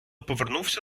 повернувся